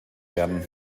werden